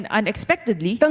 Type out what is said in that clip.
unexpectedly